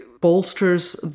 bolsters